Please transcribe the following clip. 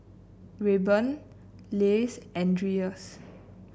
Rayban Lays and Dreyers